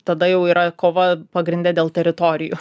tada jau yra kova pagrinde dėl teritorijų